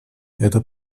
это